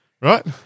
Right